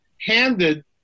handed